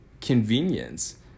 convenience